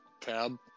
tab